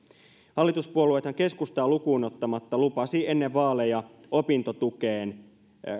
hallituspuolueethan keskustaa lukuun ottamatta lupasivat ennen vaaleja opintotukeen